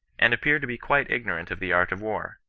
and appear to be quite ignorant of the art of war.